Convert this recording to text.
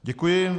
Děkuji.